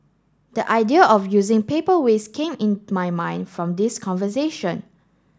the idea of using paper waste came in my mind from this conversation